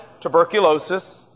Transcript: tuberculosis